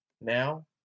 now